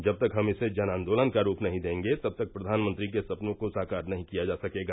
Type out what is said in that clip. जब तक हम इसे जनआन्दोलन का रूप नहीं देंगे तब तक प्रधानमंत्री के सपनों को साकार नहीं किया जा सकेगा